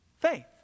Faith